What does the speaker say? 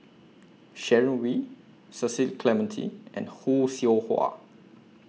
Sharon Wee Cecil Clementi and Khoo Seow Hwa